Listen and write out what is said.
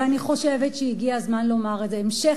ואני חושבת שהגיע הזמן לומר את זה: המשך